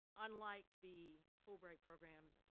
unlike the fulbright program,